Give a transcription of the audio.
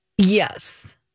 Yes